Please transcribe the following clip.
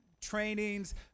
trainings